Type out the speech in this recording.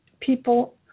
people